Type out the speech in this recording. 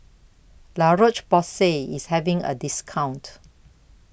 La Roche Porsay IS having A discount